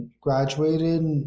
graduated